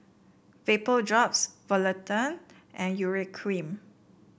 Vapodrops Polident and Urea Cream